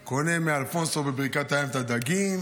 קונה מאלפונסו ב"ברכת הים" את הדגים,